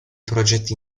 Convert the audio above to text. progetti